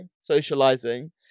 socializing